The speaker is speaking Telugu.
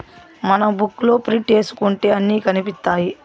మనం బుక్ లో ప్రింట్ ఏసుకుంటే అన్ని కనిపిత్తాయి